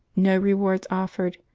no rewards offered,